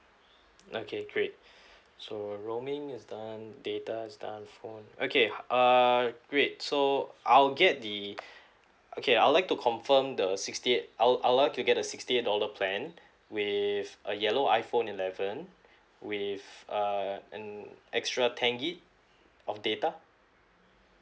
okay great so roaming is done data is done phone okay err great so I'll get the okay I'd like to confirm the sixty eight I'll I'll like to get the sixty dollar plan with a yellow iphone eleven with uh an extra ten G_B of data